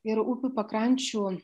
ir upių pakrančių